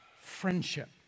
friendship